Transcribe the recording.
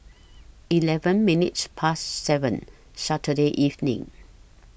eleven minutes Past seven Saturday evening